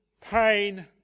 pain